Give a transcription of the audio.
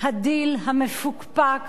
הדיל המפוקפק